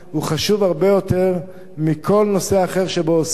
הוא חשוב הרבה יותר מכל נושא אחר שבו עוסקים.